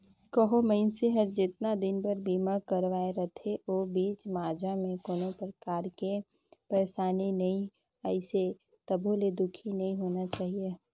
कहो मइनसे हर जेतना दिन बर बीमा करवाये रथे ओ बीच माझा मे कोनो परकार के परसानी नइ आइसे तभो ले दुखी नइ होना चाही